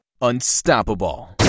Unstoppable